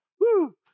Woo